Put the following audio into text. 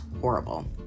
horrible